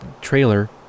trailer